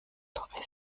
touristen